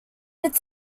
its